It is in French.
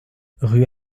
rue